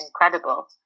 incredible